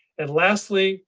and lastly,